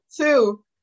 two